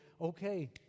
Okay